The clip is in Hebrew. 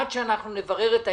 עד שאנחנו נברר את העניין,